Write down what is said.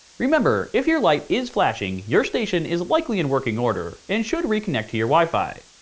remember, if your light is flashing, your station is likely in working order and should reconnect to your wi-fi.